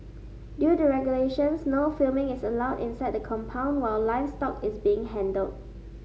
due to regulations no filming is allowed inside the compound while livestock is being handled